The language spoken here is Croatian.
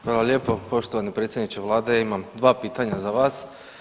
Hvala lijepo poštovani predsjedniče Vlade, imam 2 pitanja za vas.